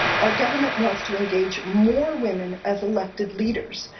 our government wants to engage more women as elected leaders.